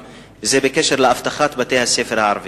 בקשר לאבטחת בתי-ספר הערביים.